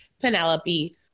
Penelope